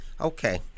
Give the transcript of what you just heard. Okay